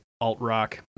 Alt-Rock